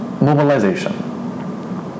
mobilization